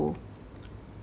to